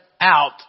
out